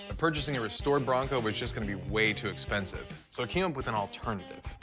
ah purchasing a restored bronco was just going to be way too expensive, so i came up with an alternative.